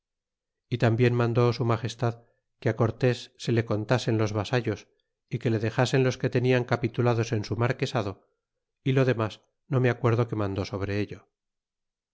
y tambien mandó su magestad que cortés que le contasen los vasallos y que le dexasen los que tenian capitulados en su marquesado y lo demas no me acuerdo que mandó sobre ello